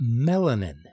melanin